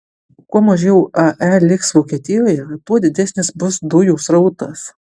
kuo mažiau ae liks vokietijoje tuo didesnis bus dujų srautas